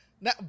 now